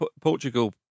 Portugal